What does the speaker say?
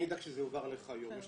אני אדאג שזה יועבר לך היום.